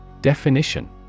Definition